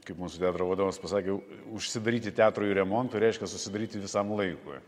kaip mūsų teatro vadovas pasakė užsidaryti teatrui remontui reiškias užsidaryti visam laikui